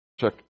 check